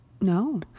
no